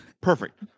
perfect